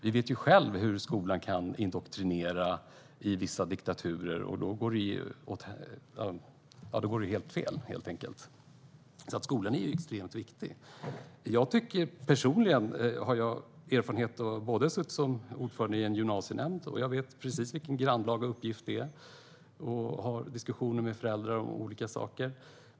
Vi vet hur skolan kan indoktrinera i vissa diktaturer, och då går det helt fel. Skolan är extremt viktig. Jag har personligen erfarenhet av att vara ordförande i en gymnasienämnd. Jag vet precis vilken grannlaga uppgift det är, och har diskussioner med föräldrar om olika saker.